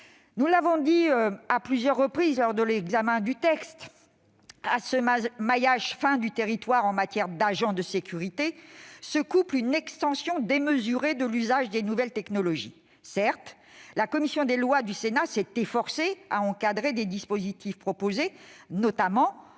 Nous l'avons signalé à plusieurs reprises lors de l'examen du texte : à ce maillage fin du territoire en matière d'agents de sécurité se couple une extension démesurée de l'usage des nouvelles technologies. Certes, la commission des lois du Sénat s'est efforcée d'encadrer les dispositifs proposés, notamment